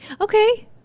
Okay